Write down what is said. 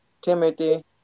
Timothy